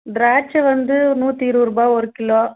திராட்சை வந்து நூற்றி இருபது ரூபா ஒரு கிலோ